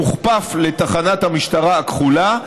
מוכפף לתחנת המשטרה הכחולה,